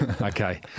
okay